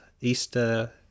easter